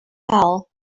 hell